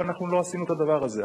פה אנחנו לא עשינו את הדבר הזה.